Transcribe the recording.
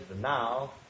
now